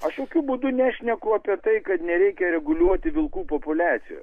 aš jokiu būdu nešneku apie tai kad nereikia reguliuoti vilkų populiacijos